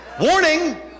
Warning